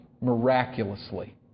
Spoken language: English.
miraculously